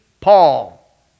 Paul